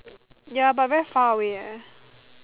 ya but very far away leh